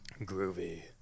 Groovy